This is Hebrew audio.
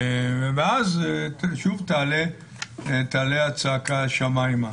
אז שוב תעלה הצעקה השמיימה.